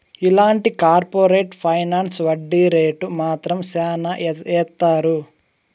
ఇలాంటి corporate finance వడ్డీ rate మాత్రం శ్యానా ఏత్తారు